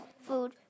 food